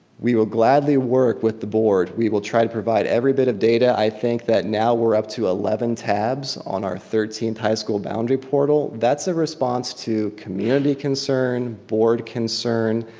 we will gladly work with the board. we will try to provide every bit of data. i think that now we're up to eleven tabs on our thirteenth high school boundary portal. that's a response to community concern, board concern.